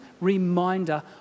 reminder